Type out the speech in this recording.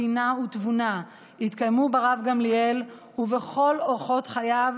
בינה ותבונה התקיימו ברב גמליאל ובכל אורחות חייו,